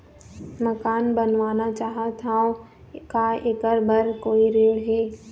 मकान बनवाना चाहत हाव, का ऐकर बर कोई ऋण हे?